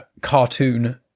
cartoon